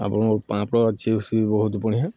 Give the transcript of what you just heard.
ଆପଣଙ୍କର ପାମ୍ପଡ଼ ଅଛି ସେ ବି ବହୁତ୍ ବଢ଼ିଆ